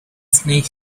snake